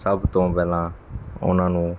ਸਭ ਤੋਂ ਪਹਿਲਾਂ ਉਹਨਾਂ ਨੂੰ